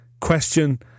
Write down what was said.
question